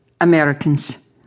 Americans